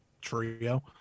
trio